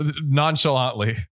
nonchalantly